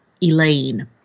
Elaine